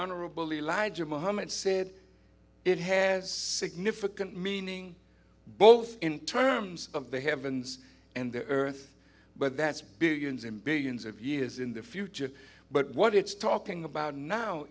honorable elijah muhammad said it has significant meaning both in terms of the heavens and the earth but that's billions and billions of years in the future but what it's talking about now